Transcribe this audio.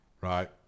Right